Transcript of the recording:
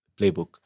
playbook